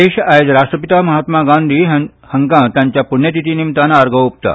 देश आयज राष्ट्रपिता महात्मा गांधी हांका तांच्या पुण्यतिथी निमतान आर्गां ओपता